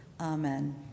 Amen